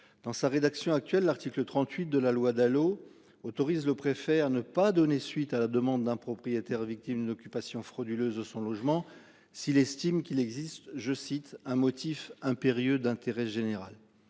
dans sa rédaction actuelle de l'article 38 de la loi Dalo autorise le préfère ne pas donner suite à la demande d'un propriétaire victime d'occupation frauduleuse son logement s'il estime qu'il existe, je cite, un motif impérieux d'intérêt général